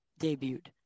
debuted